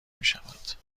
میشود